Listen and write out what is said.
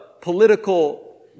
political